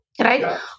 right